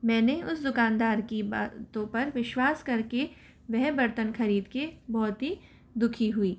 मैंने उस दुकानदार की बातों पर विश्वास करके वह बर्तन खरीद के बहुत ही दुखी हुई